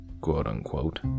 quote-unquote